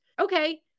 Okay